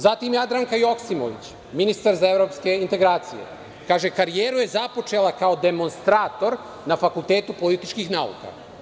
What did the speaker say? Zatim, Jadranka Joksimović, ministar za evropske integracije, kaže – karijeru je započela kao demonstrator na Fakultetu političkih nauka.